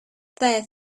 there